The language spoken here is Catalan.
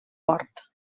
port